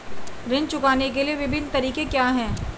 ऋण चुकाने के विभिन्न तरीके क्या हैं?